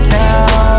now